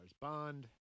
bond